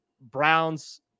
Browns